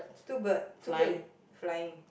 two bird two bird flying